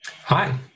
Hi